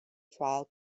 trial